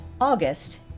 August